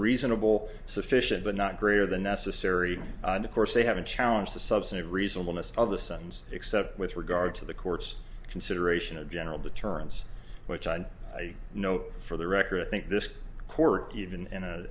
reasonable sufficient but not greater than necessary and of course they haven't challenge the substantive reasonable midst of the sons except with regard to the court's consideration of general deterrence which i'd note for the record i think this court even in